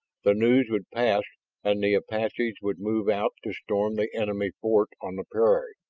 the news would pass and the apaches would move out to storm the enemy fort on the prairie.